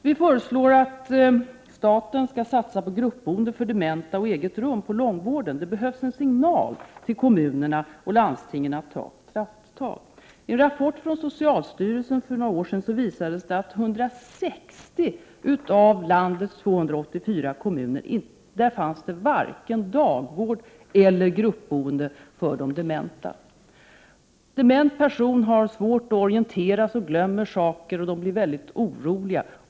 Vi föreslår att staten skall satsa på gruppboende för dementa och eget rum på långvården. Det behövs en signal till kommunerna och landstingen att ta krafttag. I en rapport från socialstyrelsen för några år sedan visades att det i 160 av landets 284 kommuner inte fanns vare sig dagvård eller gruppboende för de dementa. Dementa personer har svårt att orientera sig, de glömmer saker. De kan bli mycket oroliga.